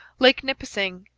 lake nipissing,